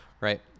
Right